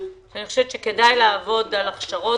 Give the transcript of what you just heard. שאני חושבת שכדאי לעבוד על הכשרות.